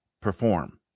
Perform